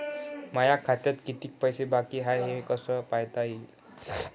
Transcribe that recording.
माया खात्यात कितीक पैसे बाकी हाय हे कस पायता येईन?